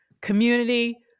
community